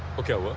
okay.